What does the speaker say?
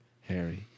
Harry